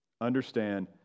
Understand